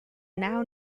now